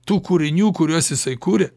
tų kūrinių kuriuos jisai kuria